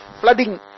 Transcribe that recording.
flooding